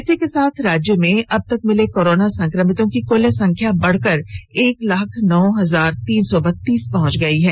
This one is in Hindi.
इसी के साथ राज्य में अब तक मिले कोरोना संक्रमितों की कल संख्या बढकर एक लाख नौ हजार तीन सौ बत्तीस पहंच गई है